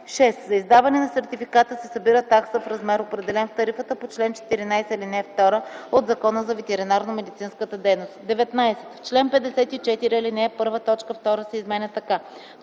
(6) За издаване на сертификата се събира такса в размер, определен в тарифата по чл. 14, ал. 2 от Закона за ветеринарномедицинската дейност”. 19. В чл. 54, ал. 1, т. 2 се изменя така: